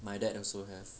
my dad also have